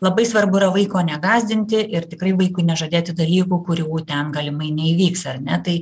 labai svarbu yra vaiko negąsdinti ir tikrai vaikui nežadėti dalykų kurių ten galimai neįvyks ar ne tai